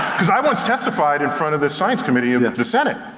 cuz i once testified in front of this science committee in the senate.